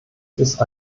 ist